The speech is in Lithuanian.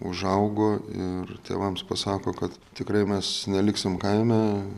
užaugo ir tėvams pasako kad tikrai mes neliksim kaime